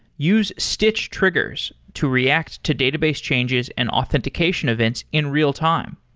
use stitch triggers to react to database changes and authentication events in real-time.